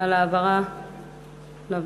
על ההעברה לוועדה.